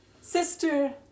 Sister